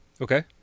Okay